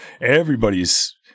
everybody's